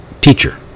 teacher